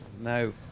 No